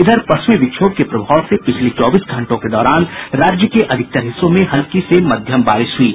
इधर पश्चिमी विक्षोभ के प्रभाव से पिछले चौबीस घंटों के दौरान राज्य के अधिकांश हिस्सों में हल्की से मध्यम बारिश हुई है